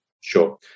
Sure